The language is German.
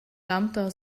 lambda